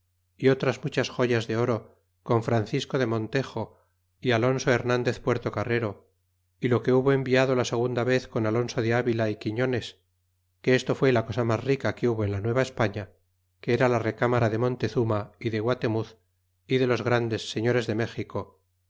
y otras muchas joyas de oro con francisco de montejo y alonso hernandez puertocarrero y lo que hubo enviado la segunda vez con alonso de avila y quifloiles que esto fué la cosa mas rica que hubo en la nueva españa que era la recámara de montezurna y de guatemuz y de los grandes señores de méxico